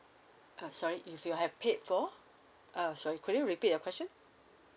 uh sorry if you have paid for uh sorry could you repeat your question